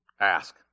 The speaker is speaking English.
Ask